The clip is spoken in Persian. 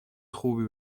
خوبی